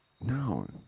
No